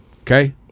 okay